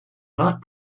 not